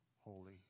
holy